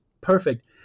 perfect